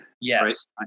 Yes